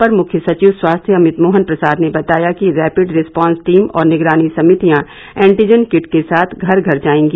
अपर मुख्य सचिव स्वास्थ्य अमित मोहन प्रसाद ने बताया कि रैपिड रिस्पॉन्स टीम और निगरानी समितियां एन्टीजन किट के साथ घर घर जायेंगी